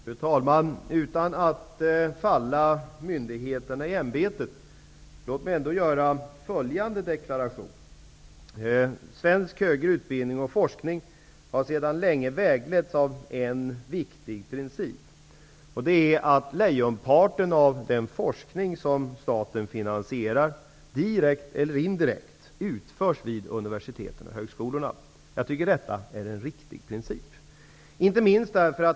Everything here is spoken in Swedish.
Fru talman! Låt mig, utan att falla myndigheterna i ämbetet, göra följande deklaration. Svensk högre utbildning och forskning har sedan länge vägletts av en viktig princip, nämligen att lejonparten av den forskning som staten finansierar direkt eller indirekt utförs vid universiteten och högskolorna. Jag tycker att detta är en riktig princip.